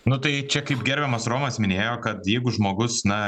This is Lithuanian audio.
nu tai čia kaip gerbiamas romas minėjo kad jeigu žmogus na